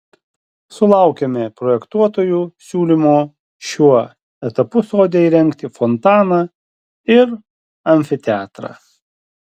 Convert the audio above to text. sulaukėme projektuotojų siūlymo šiuo etapu sode įrengti fontaną ir amfiteatrą